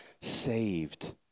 saved